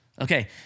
Okay